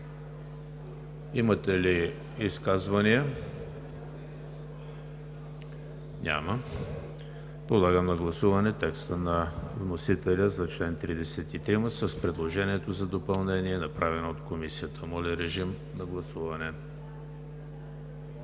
Има ли изказвания? Няма. Подлагам на гласуване текста на вносителя за чл. 33 с предложението за допълнение, направено от Комисията. Гласували